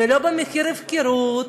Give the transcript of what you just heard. ולא במחיר הפקרות,